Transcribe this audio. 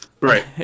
Right